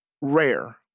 rare